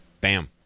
Bam